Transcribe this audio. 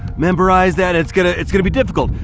memorize that it's gonna it's gonna be difficult.